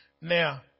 Now